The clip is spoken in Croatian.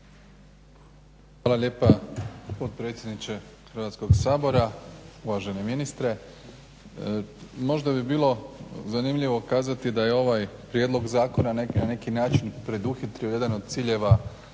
Hvala lijepa potpredsjedniče Hrvatskog sabora, uvaženi ministre. Možda bi bilo zanimljivo kazati da je ovaj Prijedlog zakona na neki način preduhitrio jedan od ciljeva